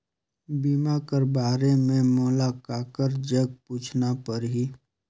बीमा कर बारे मे मोला ककर जग पूछना परही?